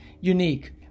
unique